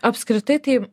apskritai tai